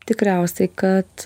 tikriausiai kad